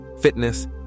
fitness